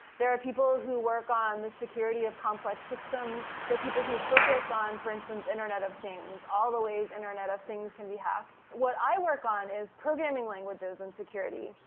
there are people who work on the security of complex systems, so people who focus on, for instance, internet of things, all the ways internet of things can be hacked. what i work on is programming languages and security.